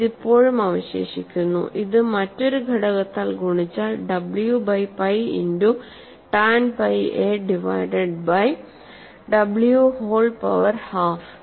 ഇത് ഇപ്പോഴും അവശേഷിക്കുന്നു ഇത് മറ്റൊരു ഘടകത്താൽ ഗുണിച്ചാൽ w by pi into tan pi a divided by w whole power half